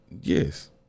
Yes